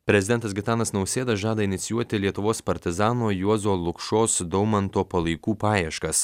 prezidentas gitanas nausėda žada inicijuoti lietuvos partizano juozo lukšos daumanto palaikų paieškas